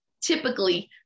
typically